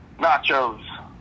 Nachos